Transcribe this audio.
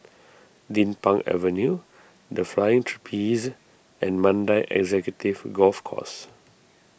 Din Pang Avenue the Flying Trapeze and Mandai Executive Golf Course